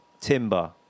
Timber